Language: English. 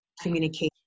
communication